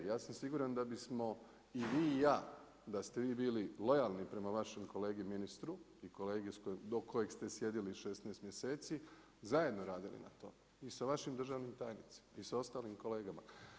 Ja sam siguran da bismo i vi i ja da ste vi bili lojalni prema vašem kolegi ministru i kolegi do kojeg ste sjedili 16 mjeseci zajedno radili na tome i sa vašim državnim tajnicima i sa ostalim kolegama.